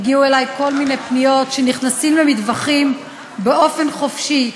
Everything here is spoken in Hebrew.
הגיעו אלי כל מיני פניות שנכנסים למטווחים באופן חופשי,